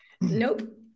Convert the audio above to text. Nope